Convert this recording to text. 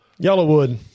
Yellowwood